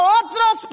otros